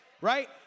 Right